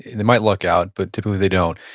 they might look out, but typically they don't.